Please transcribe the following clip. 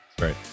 Right